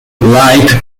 light